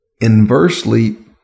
Inversely